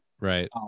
Right